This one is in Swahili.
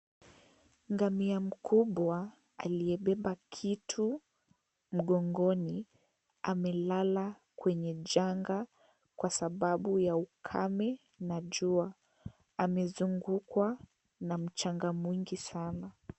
Ngamia mkubwa aliyebeba kitu mgongoni amelala kwenye janga kwa sababu ya ukame na jua. Amezungukwa na mchanga mwingi sana.